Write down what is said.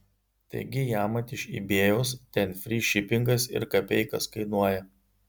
taigi jamat iš ibėjaus ten fry šipingas ir kapeikas kainuoja